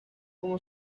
como